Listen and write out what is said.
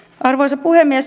arvoisa puhemies